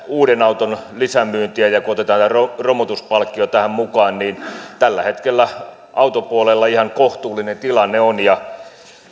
uuden auton lisämyynti ja ja kun otetaan tämä romutuspalkkio tähän mukaan niin tällä hetkellä autopuolella on ihan kohtuullinen tilanne